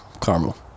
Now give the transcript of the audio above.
caramel